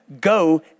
go